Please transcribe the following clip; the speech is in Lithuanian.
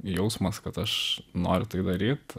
jausmas kad aš noriu tai daryt